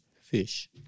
fish